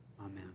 Amen